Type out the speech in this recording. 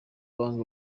banki